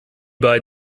bei